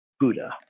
Buddha